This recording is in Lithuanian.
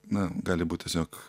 na gali būt tiesiog